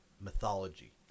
mythology